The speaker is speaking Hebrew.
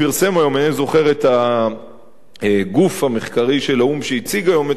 אינני זוכר מי הגוף המחקרי של האו"ם שהציג היום את הנתון,